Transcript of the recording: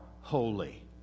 holy